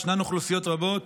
יש אוכלוסיות רבות